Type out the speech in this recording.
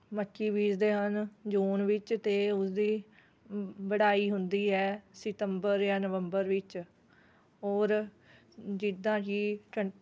ਮੱਕੀ ਬੀਜਦੇ ਹਨ ਜੂਨ ਵਿੱਚ ਅਤੇ ਉਸਦੀ ਵਢਾਈ ਹੁੰਦੀ ਹੈ ਸਿਤੰਬਰ ਜਾਂ ਨਵੰਬਰ ਵਿੱਚ ਹੋਰ ਜਿੱਦਾਂ ਕਿ ਕ